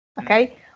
okay